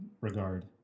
regard